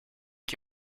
qui